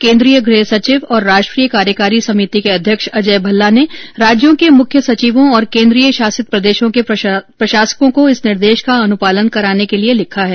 केन्द्रीय गृह सचिव और राष्ट्रीय कार्यकारी समिति के अध्यक्ष अजय भल्ला ने राज्यों के मुख्य सचिवों और केन्द्रीय शासित प्रदेशों के प्रशासकों को इस निर्देश का अनुपालन कराने के लिए लिखा है